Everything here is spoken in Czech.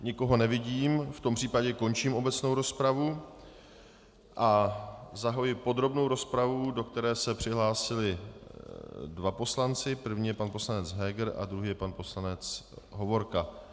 Nikoho nevidím, v tom případě končím obecnou rozpravu a zahajuji podrobnou rozpravu, do které se přihlásili dva poslanci první je pan poslanec Heger a druhý je pan poslanec Hovorka.